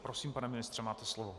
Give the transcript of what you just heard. Prosím, pane ministře, máte slovo.